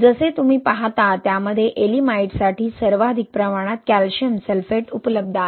जसे तुम्ही पाहता त्यामध्ये येएलिमाइटसाठी सर्वाधिक प्रमाणात कॅल्शियम सल्फेट उपलब्ध आहे